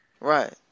Right